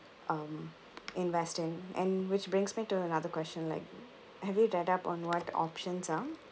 um invest in and which brings me to another question like have you read up on what options are